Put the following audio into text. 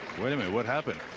wait a minute. what happened?